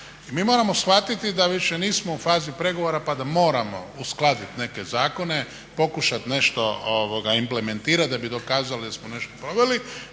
mi moramo shvatiti da više nismo u fazi pregovora pa da moramo uskladiti neke zakone, pokušati nešto implementirati da bi dokazali da smo nešto proveli